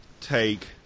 take